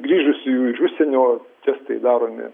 grįžusiųjų iš užsienio testai daromi